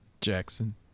Jackson